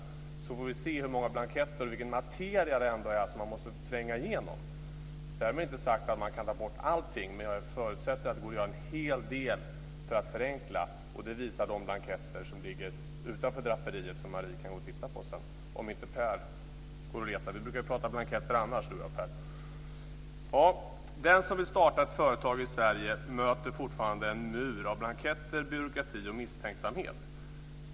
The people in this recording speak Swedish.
Då får vi se hur många blanketter och vilken materia det ändå är som man måste tränga igenom. Därmed inte sagt att man kan ta bort allt. Men jag förutsätter att det går att göra en hel del för att förenkla. Det visar de blanketter som ligger utanför draperiet och som Marie Engström kan gå och titta på sedan om inte Per Rosengren går och letar. Per Rosengren och jag brukar ju annars tala om blanketter. Den som vill starta ett företag i Sverige möter fortfarande en mur av blanketter, byråkrati och misstänksamhet.